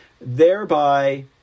thereby